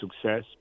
success